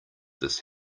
this